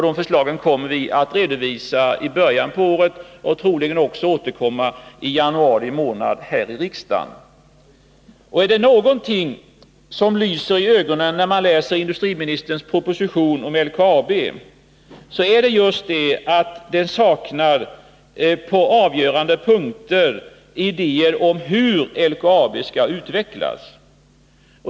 Det förslaget kommer vi som sagt att redovisa i början av nästa år. Vi återkommer troligen med en motion i riksdagen i januari månad. Är det någonting som lyser i ögonen när man läser industriministerns proposition om LKAB, så är det just det att den på avgörande punkter saknar idéer om hur LKAB skall utvecklas.